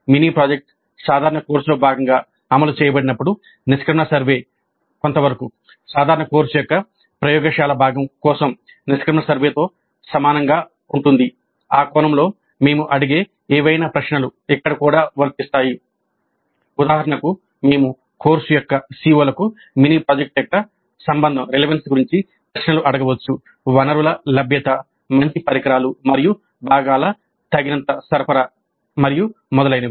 mini project సాధారణ కోర్సులో భాగంగా అమలు చేయబడినప్పుడు నిష్క్రమణ సర్వే గురించి ప్రశ్నలు అడగవచ్చు వనరుల లభ్యత మంచి పరికరాలు మరియు భాగాల తగినంత సరఫరా మరియు మొదలైనవి